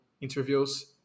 interviews